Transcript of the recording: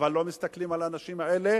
אבל לא מסתכלים על האנשים האלה